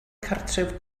cartref